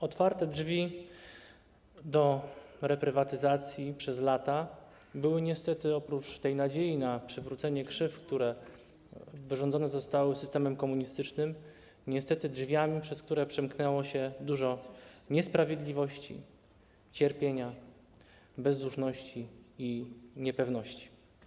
Otwarte drzwi do reprywatyzacji przez lata były, oprócz tej nadziei na przywrócenie krzywd, które wyrządzone zostały systemem komunistycznym, niestety drzwiami, przez które przemknęło się dużo niesprawiedliwości, cierpienia, bezduszności i niepewności.